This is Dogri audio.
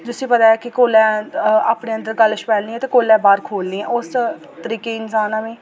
जिसी पता कि कोलै अपने अदंर गल्ल छपैलनी ऐ ते कोलै बाह्र खो'ल्लनी ऐ ते उस तरीके दी इंसान आं में